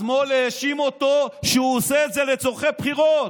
השמאל האשים אותו שהוא עושה את זה לצורכי בחירות.